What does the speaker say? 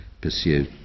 pursue